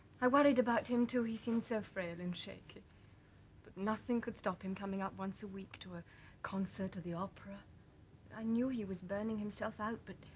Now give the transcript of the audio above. i worried about him too he seemed so frail and shaken but nothing could stop him coming up once a week to a concert or the opera i knew he was burning himself out but.